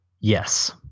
Yes